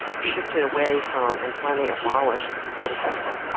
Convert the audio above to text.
shifted away from and finally abolished this quota system,